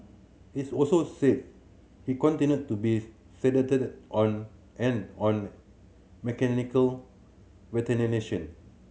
it also said he continued to be sedated on and on mechanical ventilation